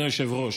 כבוד היושב-ראש,